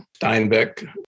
Steinbeck